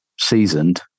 seasoned